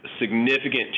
significant